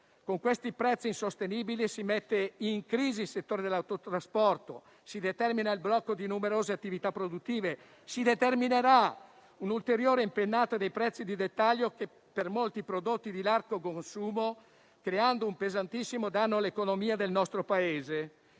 Con questi prezzi insostenibili si mette in crisi il settore dell'autotrasporto; si determina il blocco di numerose attività produttive; si determinerà un'ulteriore impennata dei prezzi di dettaglio per molti prodotti di largo consumo, creando un pesantissimo danno all'economia del nostro Paese.